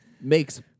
Makes